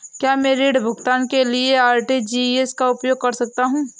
क्या मैं ऋण भुगतान के लिए आर.टी.जी.एस का उपयोग कर सकता हूँ?